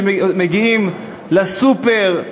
ושמגיעים לסופר,